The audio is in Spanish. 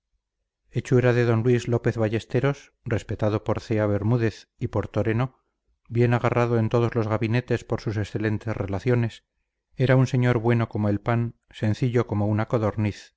hechura de d luis lópez ballesteros respetado por cea bermúdez y por toreno bien agarrado en todos los gabinetes por sus excelentes relaciones era un señor bueno como el pan sencillo como una codorniz